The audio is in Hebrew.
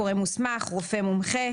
"גורם מוסמך" רופא מומחה,